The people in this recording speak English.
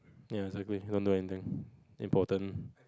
ya exactly don't do anything important